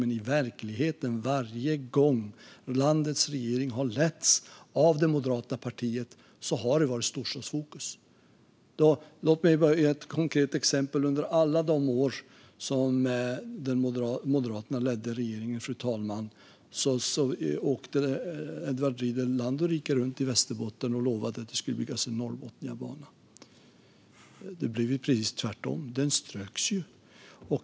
Men i verkligheten har det varit storstadsfokus varje gång som landets regering har letts av det moderata partiet. Låt mig ge ett konkret exempel. Under alla de år som Moderaterna ledde regeringen, fru talman, åkte Edward Riedl runt i hela Västerbotten och lovade att det skulle byggas en norrbotniabana. Det blev precis tvärtom - den ströks.